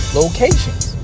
locations